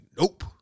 nope